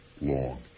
long